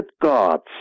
gods